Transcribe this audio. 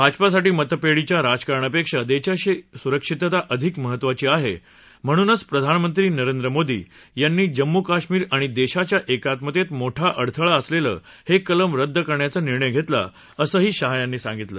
भाजपासाठी मतपेढीच्या राजकारणापेक्षा देशाची सुरक्षितता अधिक महत्त्वाची आहे म्हणूनच प्रधानमंत्री नरेंद्र मोदी यांनी जम्मू कश्मीर आणि देशाच्या एकात्मतेत मोठा अडथळा ठरलेलं हे कलम रद्द करण्याचा निर्णय घेतला असं शाह यांनी सांगितलं